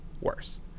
worse